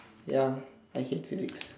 ya I hate physics